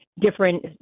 different